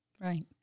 Right